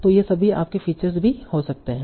तो ये सभी आपके फीचर्स भी हो सकते हैं